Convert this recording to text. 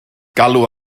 galw